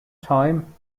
time